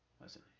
Listen